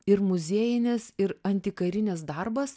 ir muziejinis ir antikarinis darbas